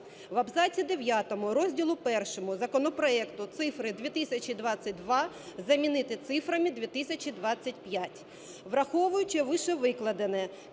"В абзаці дев'ятому розділі І законопроекту цифри 2022 замінити цифрами 2025". Враховуючи вищевикладене,